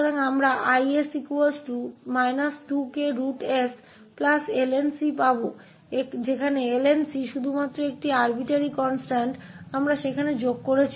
तो हम 𝐼𝑠 −2𝑘√𝑠 ln प्राप्त करेंगे जहां ln केवल एक मनमाना स्थिरांक है जिसे हमने वहां जोड़ा है